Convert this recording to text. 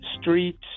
streets